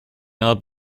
out